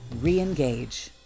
re-engage